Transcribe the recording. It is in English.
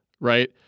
Right